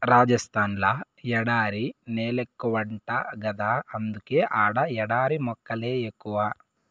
రాజస్థాన్ ల ఎడారి నేలెక్కువంట గదా అందుకే ఆడ ఎడారి మొక్కలే ఎక్కువ